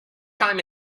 time